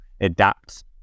adapt